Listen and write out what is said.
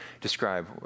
describe